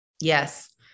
Yes